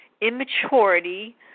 immaturity